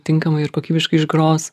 tinkamai ir kokybiškai išgros